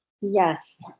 Yes